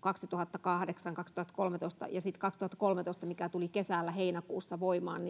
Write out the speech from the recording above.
kaksituhattakahdeksan ja kaksituhattakolmetoista niin siinä mikä tuli kaksituhattakolmetoista kesällä heinäkuussa voimaan